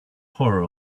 horror